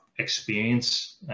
experience